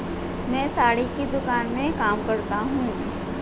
मैं साड़ी की दुकान में काम करता हूं